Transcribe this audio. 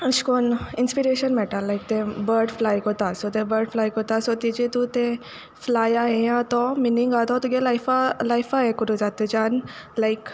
एशे कोन इंस्पिरेशन मेळटा लायक तें बर्ड फ्लाय कोत्ता सो ते बर्ड फ्लाय कोत्ता तेजे तूं तें फ्लायां आसा तो मिनींग आसा तो तुगे लायफ लायफा हें करूं जाता तुज्यान लायक